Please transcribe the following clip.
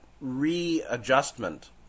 readjustment